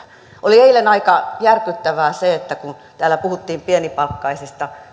oli eilen aika järkyttävää se että kun täällä puhuttiin pienipalkkaisista